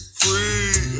free